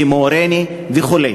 כמו ריינה וכו',